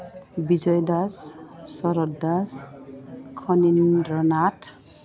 Vijay Das Sarat Das Khanindra Nath